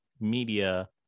media